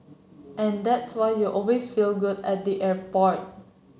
and that's why you always feel good at the airport